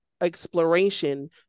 exploration